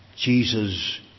Jesus